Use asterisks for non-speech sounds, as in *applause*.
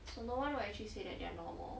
*noise* no one would actually say that they are normal